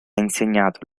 insegnato